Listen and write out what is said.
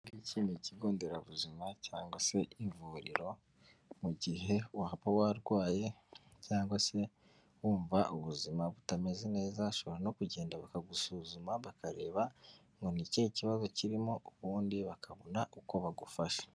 Iki ni ikigo nderabuzima cyangwa se ivuriro, mu gihe waba warwaye cyangwa se wumva ubuzima butameze neza, ushobora no kugenda bakagusuzuma bakareba ngo ni ikihe kibazo kirimo ubundi bakabona uko bagufasha.